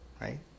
right